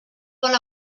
vol